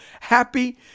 happy